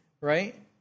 right